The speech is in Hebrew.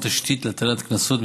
התשתית להטלת קנסות,